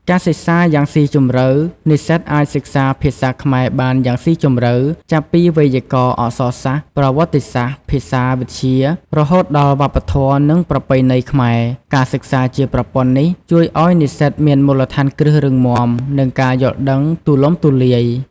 ការសិក្សាយ៉ាងស៊ីជម្រៅ និស្សិតអាចសិក្សាភាសាខ្មែរបានយ៉ាងស៊ីជម្រៅ ចាប់ពី វេយ្យាករណ៍ អក្សរសាស្ត្រ ប្រវត្តិសាស្រ្ត ភាសាវិទ្យា រហូតដល់ វប្បធម៌ និងប្រពៃណីខ្មែរ។ ការសិក្សាជាប្រព័ន្ធនេះជួយឱ្យនិស្សិតមានមូលដ្ឋានគ្រឹះរឹងមាំ និងការយល់ដឹងទូលំទូលាយ។